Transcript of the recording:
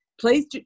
please